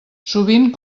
sovint